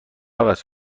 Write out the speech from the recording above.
عوض